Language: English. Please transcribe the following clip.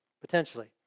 Potentially